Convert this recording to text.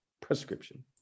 prescription